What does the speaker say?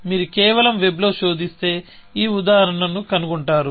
మీరు కేవలం వెబ్ లో శోధిస్తే ఈ ఉదాహరణను కనుగొంటారు